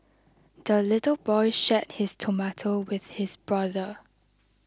the little boy shared his tomato with his brother